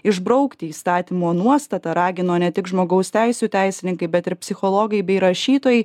išbraukti įstatymo nuostatą ragino ne tik žmogaus teisių teisininkai bet ir psichologai bei rašytojai